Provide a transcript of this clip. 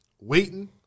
waiting